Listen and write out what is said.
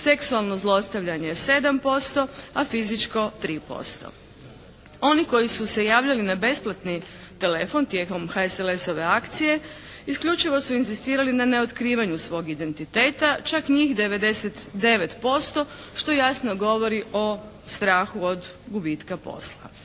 Seksualno zlostavljanje 7%, a fizičko 3%. Oni koji su se javljali na besplatni telefon tijekom HSLS-ove akcije isključivo su inzistirali na neotkrivanju svog identiteta. Čak njih 99% što jasno govori o strahu od gubitka posla.